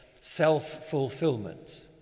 self-fulfillment